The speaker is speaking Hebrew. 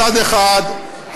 מצד אחד,